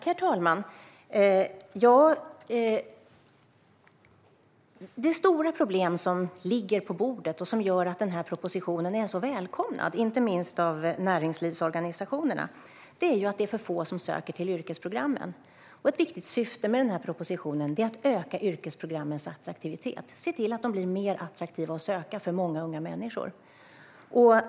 Herr talman! Det stora problem som ligger på bordet och gör att propositionen är så välkomnad, inte minst av näringslivsorganisationerna, är att det är för få som söker till yrkesprogrammen. Ett viktigt syfte med propositionen är att öka yrkesprogrammens attraktivitet, att se till att de blir mer attraktiva att söka för många unga människor.